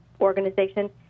organization